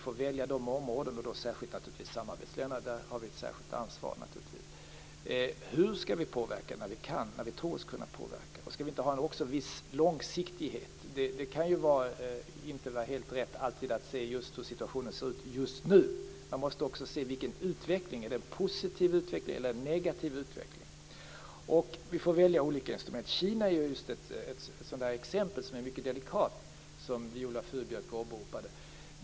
Får välja områden, och vi har naturligtvis ett särskilt ansvar när det gäller samarbetsländerna. Hur skall vi påverka när vi kan och tror oss kunna påverka? Skall vi inte också ha en viss långsiktighet? Det kan inte alltid vara helt rätt att se till hur situationen ser ut just nu. Man måste också se till utvecklingen. Är det en positiv utveckling eller en negativ utveckling? Vi får välja olika instrument. Kina är ett exempel som är mycket delikat, som Viola Furubjelke åberopade.